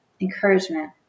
encouragement